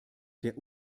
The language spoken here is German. der